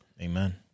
Amen